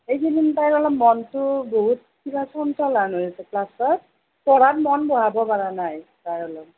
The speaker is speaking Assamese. এই কেইদিন তাই অলপ মনটো বহুত কিবা চঞ্চলা হৈ আছে ক্লাছত পঢ়াত মন বঢ়াব পৰা নাই তাই অলপ